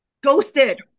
Ghosted